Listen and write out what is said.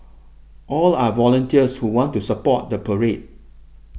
all are volunteers who want to support the parade